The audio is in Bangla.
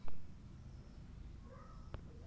সেভিঙ্গস একাউন্ট খুলির জন্যে কি কি করির নাগিবে?